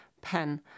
pen